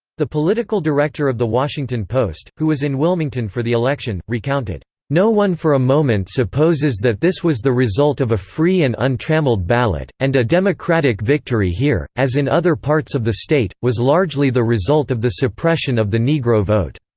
the political director of the washington post, who was in wilmington for the election, recounted no one for a moment supposes that this was the result of a free and untrammelled ballot and a democratic victory here, as in other parts of the state, was largely the result of the suppression of the negro vote.